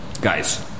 guys